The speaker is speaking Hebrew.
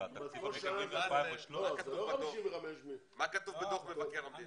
ומה כתוב בדוח מבקר המדינה?